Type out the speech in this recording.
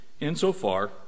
insofar